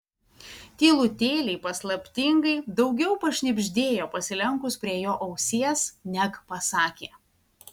tylutėliai paslaptingai daugiau pašnibždėjo pasilenkus prie jo ausies neg pasakė